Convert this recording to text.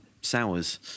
sours